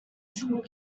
single